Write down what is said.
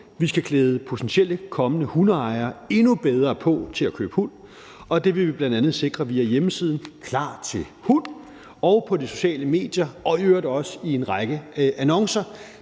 Vi skal klæde potentielle, kommende hundeejere endnu bedre på til at købe hund, og det vil vi bl.a. sikre via hjemmesiden »Klar til hund« og på de sociale medier og i øvrigt også i en række annoncer.